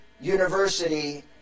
University